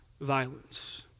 violence